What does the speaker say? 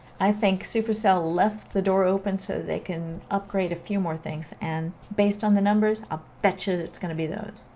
i think supercell left the door open so they can upgrade a few more things, and based on the numbers i'll bet you it's going to be those.